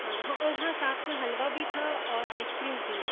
हाँ हाँ और हाँ साथ में हलवा भी था और आइसक्रीम थी